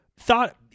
Thought